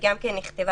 זה נכתב